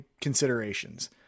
considerations